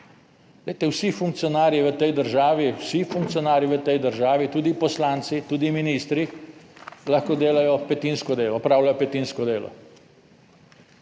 vsi funkcionarji v tej državi, tudi poslanci, tudi ministri, lahko delajo petinsko delo, opravljajo petinsko delo.